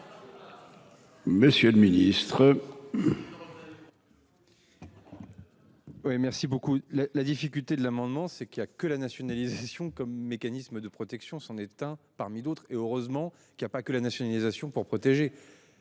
monsieur le ministre,